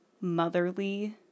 motherly